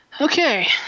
Okay